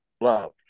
love